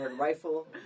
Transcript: rifle